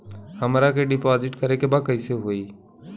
हमरा के डिपाजिट करे के बा कईसे होई?